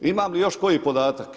Imam li još koji podatak?